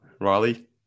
Riley